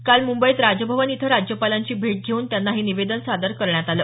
काल मंबईत राजभवन इथं राज्यपालांची भेट घेऊन त्यांना हे निवेदन सादर करण्यात आलं